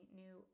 new